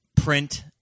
print